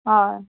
हय